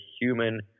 human